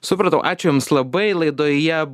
supratau ačiū jums labai laidoje